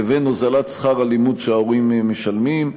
לבין הוזלת שכר הלימוד שההורים משלמים.